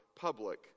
public